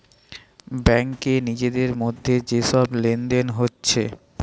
ব্যাংকে নিজেদের মধ্যে যে সব লেনদেন হচ্ছে